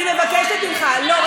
אני מבקשת ממך, לא יהיה.